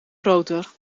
groter